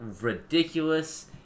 ridiculous